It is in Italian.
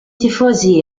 tifosi